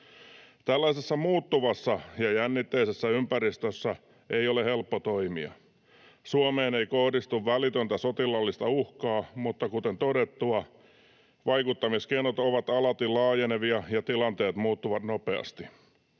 Tällaisessa muuttuvassa ja jännitteisessä ympäristössä ei ole helppo toimia. Suomeen ei kohdistu välitöntä sotilaallista uhkaa, mutta kuten todettua, vaikuttamiskeinot ovat alati laajenevia ja tilanteet muuttuvat nopeasti.